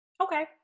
Okay